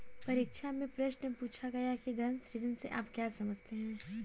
परीक्षा में प्रश्न पूछा गया कि धन सृजन से आप क्या समझते हैं?